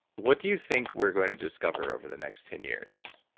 what do you think we're going to discover over the next ten years?